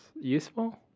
useful